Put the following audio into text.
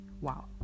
Wow